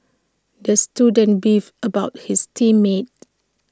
the student beefed about his team mates